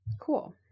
cool